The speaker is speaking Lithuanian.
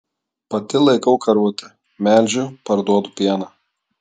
pati laikau karvutę melžiu parduodu pieną